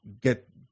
get